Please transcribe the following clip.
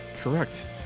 Correct